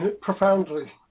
Profoundly